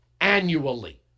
annually